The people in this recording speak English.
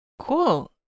cool